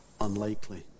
unlikely